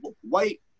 white